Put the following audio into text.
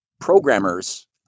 programmers